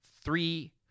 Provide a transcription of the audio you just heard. Three